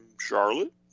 Charlotte